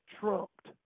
trumped